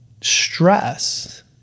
stress